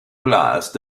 place